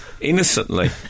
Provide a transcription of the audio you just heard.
Innocently